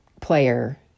player